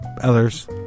others